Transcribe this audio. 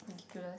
ridiculous